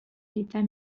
l’état